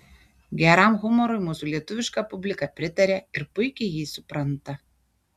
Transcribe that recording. geram humorui mūsų lietuviška publika pritaria ir puikiai jį supranta